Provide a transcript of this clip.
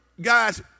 guys